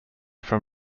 from